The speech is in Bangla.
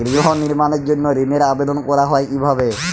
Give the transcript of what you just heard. গৃহ নির্মাণের জন্য ঋণের আবেদন করা হয় কিভাবে?